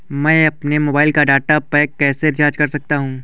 मैं अपने मोबाइल का डाटा पैक कैसे रीचार्ज कर सकता हूँ?